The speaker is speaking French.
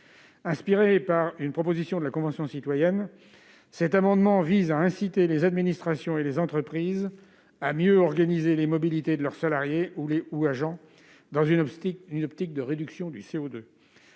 Inspiré par une proposition de la Convention citoyenne pour le climat, cet amendement vise à inciter les administrations et les entreprises à mieux organiser les mobilités de leurs salariés ou agents dans une optique de réduction du CO2.